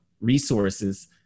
resources